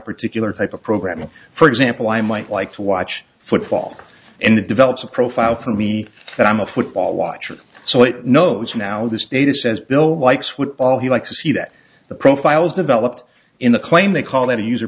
particular type of program for example i might like to watch football and it develops a profile for me that i'm a football watcher so it knows now this data says bill likes football he likes to see that the profiles developed in the claim they call it a user